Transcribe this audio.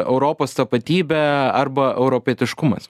europos tapatybė arba europietiškumas